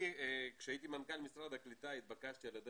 כשהייתי מנכ"ל משרד הקליטה התבקשתי על ידי